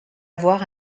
avoir